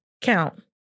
count